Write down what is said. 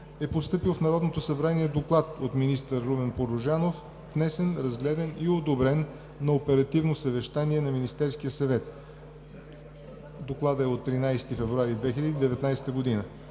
е постъпил в Народното събрание доклад от министър Румен Порожанов – внесен, разгледан и одобрен на оперативно съвещание на Министерския съвет на 13 февруари 2019 г.